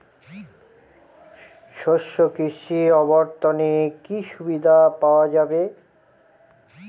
শস্য কৃষি অবর্তনে কি সুবিধা পাওয়া যাবে?